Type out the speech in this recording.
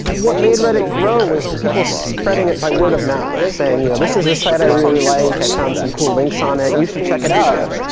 what made reddit grow was people spreading it by word of mouth, saying, yeah and this is a site i really like. i found some cool links on it, you should check it out.